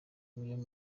iyo